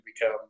become